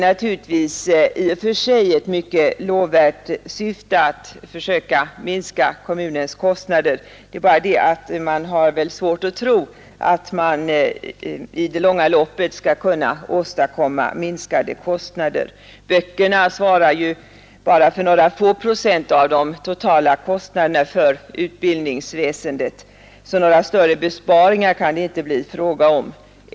Naturligtvis är det i och för sig ett mycket lovvärt syfte att försöka minska kommunernas kostnader. Det är bara det att jag har svårt att tro att man i det långa loppet skulle kunna åstadkomma några minskade kostnader. Böckerna svarar ju bara för några få procent av de totala kostnaderna för utbildningsväsendet. Några större besparingar kan det därför inte bli fråga om.